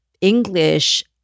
English